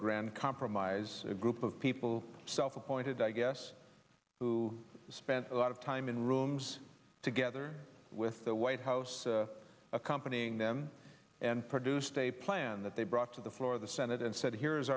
grand compromise a group of people self appointed i guess who spent a lot of time in rooms together with the white house accompanying them and produced a plan that they brought to the floor of the senate and said here's